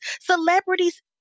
Celebrities